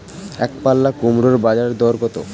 একপাল্লা কুমড়োর বাজার দর কত?